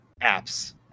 apps